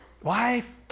wife